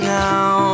now